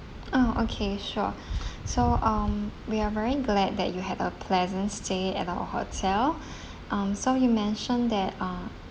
oh okay sure so um we are very glad that you had a pleasant stay at our hotel um so you mentioned that uh